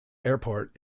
airport